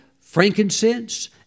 frankincense